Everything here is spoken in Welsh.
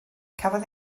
cafodd